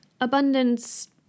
abundance